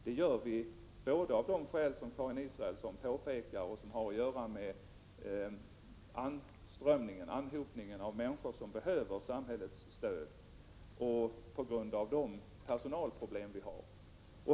Det gör vi både av de skäl som Karin Israelsson påpekade och som har att göra med att anhopningen av människor som behöver samhällets stöd är stor och på grund av personalproblem.